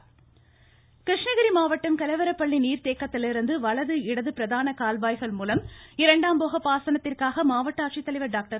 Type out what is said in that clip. தண்ணீர் திறப்பு கிருஷ்ணகிரி மாவட்டம் கெலவரப்பள்ளி நீர்த்தேக்கத்திலிருந்து வலது இடது பிரதான கால்வாய்கள் மூலம் இரண்டாம் போக பாசனத்திற்காக மாவட்ட ஆட்சித்தலைவர் டாக்டர்